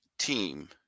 team